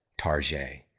Tarjay